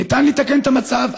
ניתן לתקן את המצב.